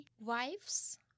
wives